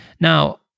Now